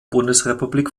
bundesrepublik